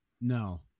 No